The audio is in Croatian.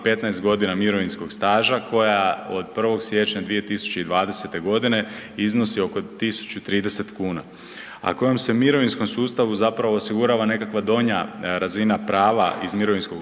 15 godina mirovinskog staža koja od 1.siječnja 2020.godine iznosi oko 1.030 kuna, a kojom se u mirovinskom sustavu osigurava nekakva donja razina prava iz mirovinskog